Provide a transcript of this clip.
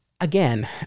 again